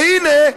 והינה,